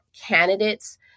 candidates